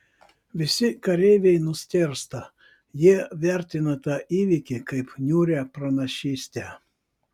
visi kareiviai nustėrsta jie vertina tą įvykį kaip niūrią pranašystę